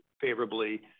favorably